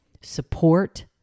support